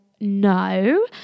no